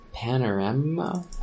Panorama